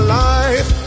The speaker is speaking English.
life